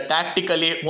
Tactically